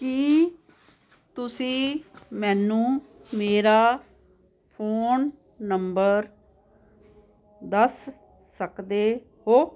ਕੀ ਤੁਸੀਂ ਮੈਨੂੰ ਮੇਰਾ ਫ਼ੋਨ ਨੰਬਰ ਦੱਸ ਸਕਦੇ ਹੋ